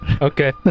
Okay